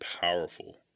powerful